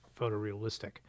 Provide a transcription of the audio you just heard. photorealistic